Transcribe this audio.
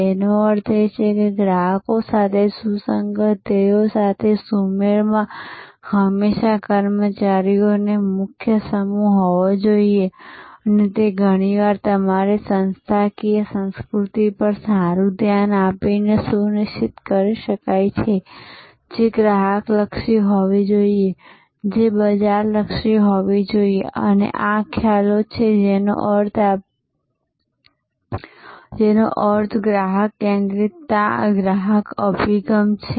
તેનો અર્થ એ છે કે ગ્રાહકો સાથે સુસંગત ધ્યેયો સાથે સુમેળમાં હંમેશા કર્મચારીઓનો મુખ્ય સમૂહ હોવો જોઈએ અને તે ઘણીવાર તમારી સંસ્થાકીય સંસ્કૃતિ પર સારું ધ્યાન આપીને સુનિશ્ચિત કરી શકાય છે જે ગ્રાહક લક્ષી હોવી જોઈએ જે બજાર લક્ષી હોવી જોઈએ અને આ ખ્યાલો છે જેનો અર્થ ગ્રાહક કેન્દ્રિતતા ગ્રાહક અભિગમ છે